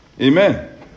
Amen